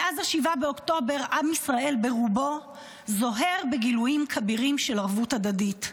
מאז 7 באוקטובר עם ישראל ברובו זוהר בגילויים כבירים של ערבות הדדית,